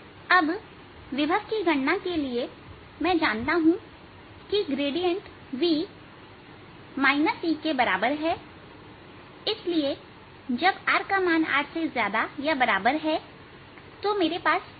अब विभव की गणना के लिए मैं जानता हूं कि ग्रेडिएंट V ऋण आत्मक निशान के साथ E के बराबर है